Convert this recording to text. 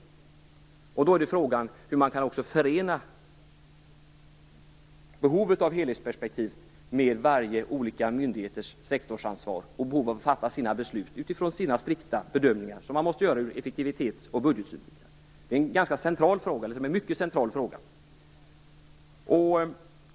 Hur kan man förena behovet av helhetsperspektiv med varje enskild myndighets sektorsansvar och behov av att fatta sina beslut utifrån sina strikta bedömningar ur effektivitetsoch budgetsynvinkel? Det är en central fråga.